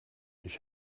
ich